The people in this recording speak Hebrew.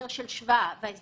בוקר טוב לכולם, שבוע טוב,